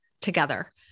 together